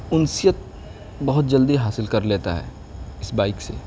انسیت بہت جلدی حاصل کر لیتا ہے اس بائک سے